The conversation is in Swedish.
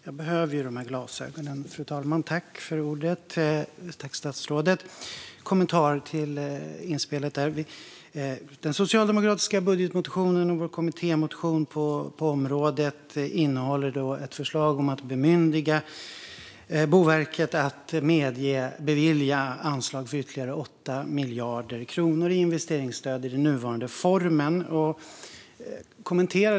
Fru talman! Jag vill kommentera statsrådets inspel. Den socialdemokratiska budgetmotionen och Socialdemokraternas kommittémotion på området innehåller ett förslag om att bemyndiga Boverket att bevilja anslag för ytterligare 8 miljarder kronor i investeringsstöd i den nuvarande formen.